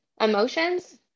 emotions